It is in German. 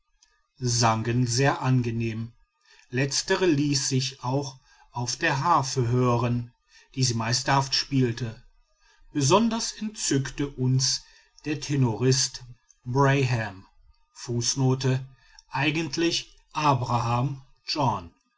sangen sehr angenehm letztere ließ sich auch auf der harfe hören die sie meisterhaft spielte besonders entzückte uns der tenorist braham fußnote eigentlich abraham